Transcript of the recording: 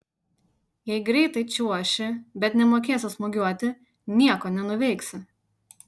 jei greitai čiuoši bet nemokėsi smūgiuoti nieko nenuveiksi